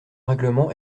règlement